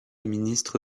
ministre